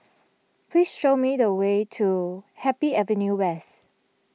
please show me the way to Happy Avenue West